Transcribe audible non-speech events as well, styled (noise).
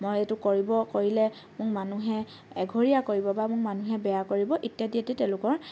মই এইটো কৰিব কৰিলে মোক মানুহে এঘৰীয়া কৰিব বা মোক মানুহে বেয়া কৰিব ইত্যাদি (unintelligible) তেওঁলোকৰ